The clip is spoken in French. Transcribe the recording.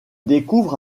découvre